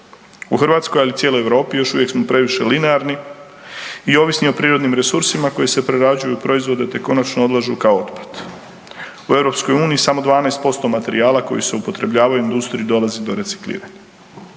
U Hrvatskoj ali i cijeloj Europi još uvijek smo previše linearni i ovisni o prirodnim resursima koji se prerađuju u proizvode te konačno odlažu kao otpad. U EU samo 12% materijala koji se upotrebljavaju u industriju dolazi do recikliranja.